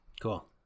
Cool